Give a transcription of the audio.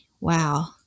wow